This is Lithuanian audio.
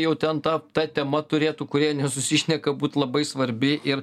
jau ten ta ta tema turėtų kurie nesusišneka būt labai svarbi ir